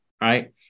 right